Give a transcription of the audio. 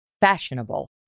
fashionable